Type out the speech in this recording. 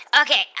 Okay